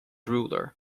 ruler